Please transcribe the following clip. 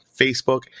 Facebook